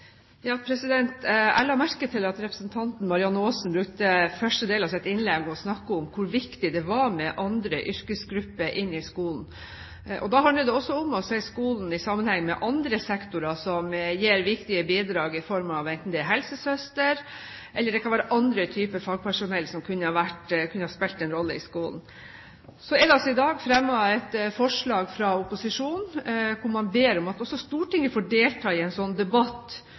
Marianne Aasen brukte første del av sitt innlegg til å snakke om hvor viktig det er å få andre yrkesgrupper inn i skolen. Det handler også om å se skolen i sammenheng med andre sektorer som gir viktige bidrag – det kan være i form av helsesøster, eller det kan være andre typer fagpersonell som kan spille en rolle i skolen. Det er i dag fremmet et forslag fra opposisjonen, hvor man ber om at også Stortinget får delta i en sånn debatt